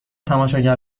تماشاگر